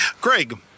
Greg